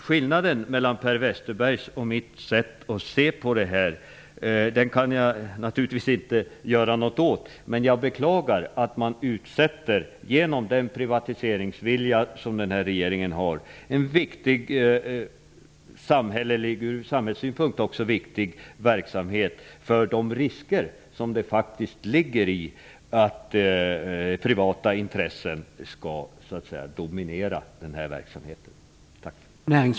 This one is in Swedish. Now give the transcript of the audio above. Skillnaden mellan Per Westerbergs och mitt sätt att se på detta kan jag naturligtvis inte göra någonting åt. Jag beklagar dock att man -- genom den privatiseringsvilja som regeringen har -- utsätter en, sett ur samhällssynpunkt, viktig verksamhet för de risker som faktiskt finns med att låta privata intressen dominera verksamheten.